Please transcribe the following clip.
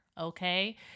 okay